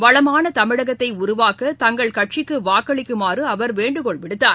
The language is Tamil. வளமானதமிழகத்தைஉருவாக்க தங்கள் கட்சிக்குவாக்களிக்குமாறுஅவர் வேண்டுகோள் விடுத்தார்